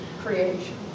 creation